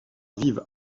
vivent